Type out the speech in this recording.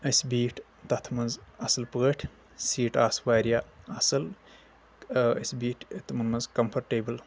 أسۍ بیٖٹھۍ تتھ منٛز اصل پٲٹھۍ سیٖٹہٕ آسہٕ واریاہ اصل أسۍ بیٖٹھۍ تٔمن منٛز کمفرٹیبٕل